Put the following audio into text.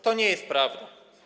To nie jest prawda.